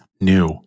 new